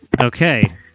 Okay